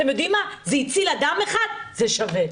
אתם יודעים מה, זה הציל אדם אחד, זה שווה.